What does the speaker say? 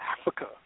Africa